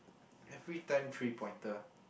every time three pointer